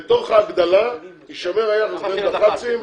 בתוך ההגדלה יישמר היחס בין דח"צים